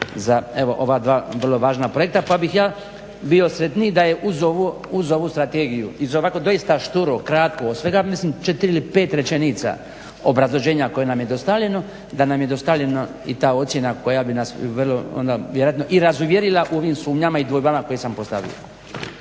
evo ova dva vrlo važna projekta. Pa bih ja bio sretniji da je uz ovu strategiju iz ovako doista šturo, kratko svega mislim 4 ili 5 rečenica obrazloženja koje nam je dostavljeno da nam je dostavljena i ta ocjena koja bi nas vrlo onda vjerojatno i razuvjerila u ovim sumnjama i dvojbama koje sam postavio.